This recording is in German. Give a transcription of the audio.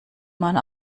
man